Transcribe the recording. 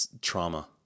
trauma